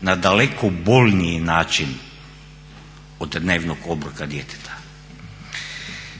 na daleko bolniji način od dnevnog obroka djeteta.